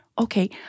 okay